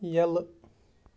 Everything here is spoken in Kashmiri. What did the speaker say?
یلہٕ